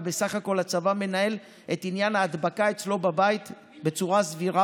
ובסך הכול הצבא מנהל את עניין ההדבקה אצלו בבית בצורה סבירה,